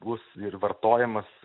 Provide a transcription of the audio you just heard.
bus ir vartojimas